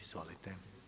Izvolite.